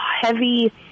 heavy